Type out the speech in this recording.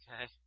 Okay